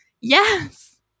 yes